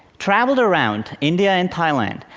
traveled around india and thailand,